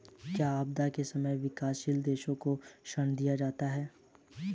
क्या आपदा के समय भी विकासशील देशों को ऋण दिया जाता है?